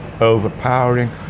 overpowering